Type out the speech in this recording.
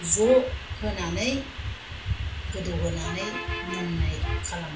ज' होनानै गोदौहोनानै मोननाय खालामो